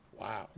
Wow